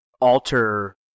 alter